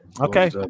Okay